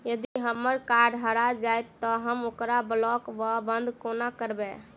यदि हम्मर कार्ड हरा जाइत तऽ हम ओकरा ब्लॉक वा बंद कोना करेबै?